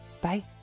bye